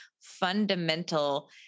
fundamental